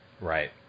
Right